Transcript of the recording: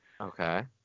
Okay